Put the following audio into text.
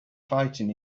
fighting